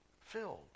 Filled